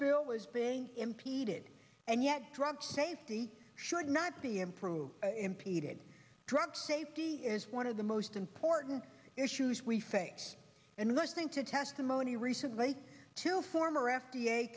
bill is being impeded and yet drug safety should not be improved impeded drug safety is one of the most important issues we face and listening to testimony recently two former f